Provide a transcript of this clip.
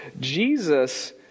Jesus